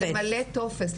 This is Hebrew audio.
למלא טופס,